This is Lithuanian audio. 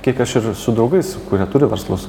kiek aš ir su draugais kurie turi verslus